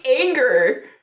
anger